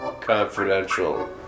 Confidential